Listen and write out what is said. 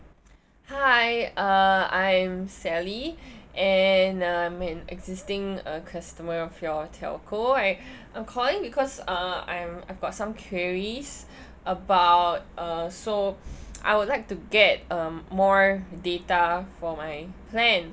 hi uh I'm sally and I'm an existing uh customer of your telco I'm calling because uh I'm I've got some queries about uh so I would like to get um more data for my plan